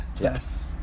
yes